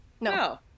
No